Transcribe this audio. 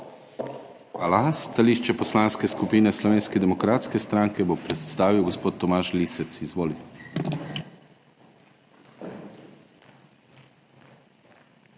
Hvala. Stališče Poslanske skupine Slovenske demokratske stranke bo predstavil gospod Tomaž Lisec. Izvolite.